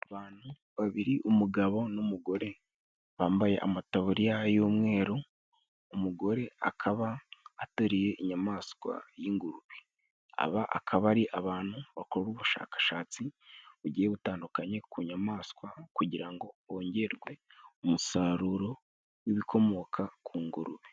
Abantu babiri: umugabo n'umugore bambaye amataburiya y'umweru. Umugore akaba ateruye inyamaswa y'ingurube. Aba akaba ari abantu bakora ubushakashatsi bugiye butandukanye ku nyamaswa kugira ngo hongerwe umusaruro w'ibikomoka ku ngurube.